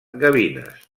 gavines